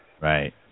Right